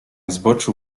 zboczu